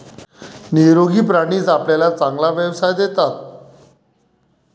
निरोगी प्राणीच आपल्याला चांगला व्यवसाय देतात